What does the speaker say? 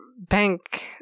bank